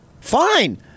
Fine